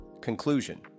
Conclusion